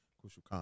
Crucial